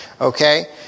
okay